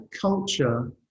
culture